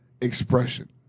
expression